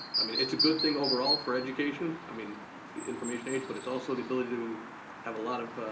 i mean it's a good thing overall for education, i mean it's the information age, but it's also the ability to have a lot of,